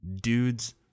dudes